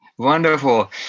Wonderful